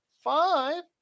five